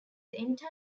entire